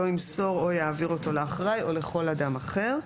לא ימסור או יעביר אותו לאחראי או לכל אדם אחר.